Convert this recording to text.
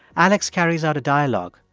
alex carries out a dialogue,